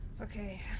Okay